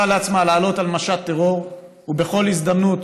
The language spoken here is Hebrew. לעצמה לעלות על משט טרור ובכל הזדמנות